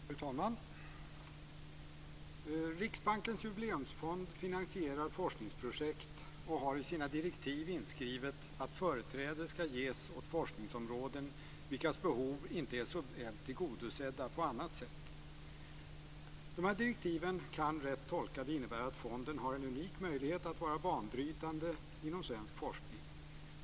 Fru talman! Riksbankens Jubileumsfond finansierar forskningsprojekt och har i sina direktiv inskrivet att företräde skall ges åt forskningsområden vilkas behov inte är så väl tillgodosedda på annat sätt. De här direktiven kan rätt tolkade innebära att fonden har en unik möjlighet att vara banbrytande inom svensk forskning.